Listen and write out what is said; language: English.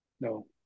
no